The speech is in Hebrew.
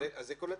זה כל התיקים.